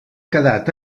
quedat